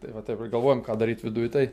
tai va taip ir galvojam ką daryt viduj tai